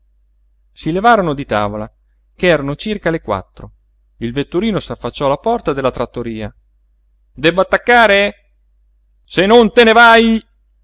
si levarono di tavola ch'erano circa le quattro il vetturino s'affacciò alla porta della trattoria debbo attaccare se non te ne vai